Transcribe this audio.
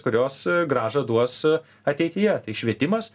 kurios grąžą duos ateityje tai švietimas